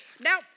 Now